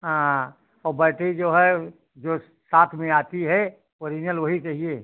हाँ औ बैटरी जो है जो साथ में आती है ओरिजनल वही चाहिए